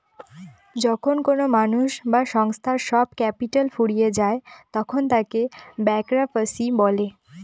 যখন কোনো মানুষ বা সংস্থার সব ক্যাপিটাল ফুরিয়ে যায় তখন তাকে ব্যাংকরাপসি বলে